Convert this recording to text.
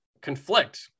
conflict